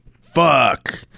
Fuck